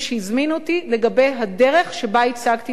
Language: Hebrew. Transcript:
לגבי הדרך שבה ייצגתי את ישראל באותו דיון.